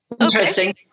interesting